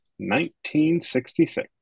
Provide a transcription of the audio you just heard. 1966